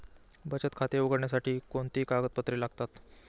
बचत खाते उघडण्यासाठी कोणती कागदपत्रे लागतात?